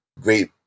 great